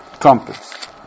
trumpets